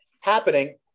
happening